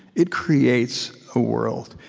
it creates a world.